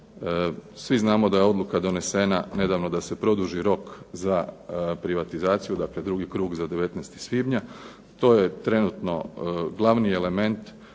Svi znamo da je odluka donesena nedavno da se produži rok za privatizaciju, dakle drugi krug za 19. svibnja, to je trenutno glavni element